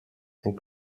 and